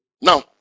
now